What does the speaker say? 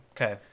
okay